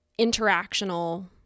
interactional